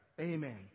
Amen